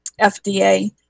FDA